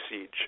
siege